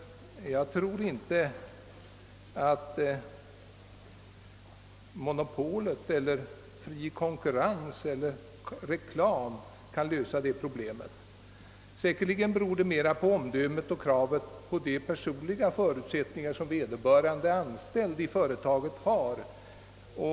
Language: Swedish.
Jag tror inte att man undgår detta vare sig genom monopol, fri konkurrens eller reklam. Säkerligen beror mycket på de personliga förutsättnigarna hos de anställda i företaget och deras omdöme.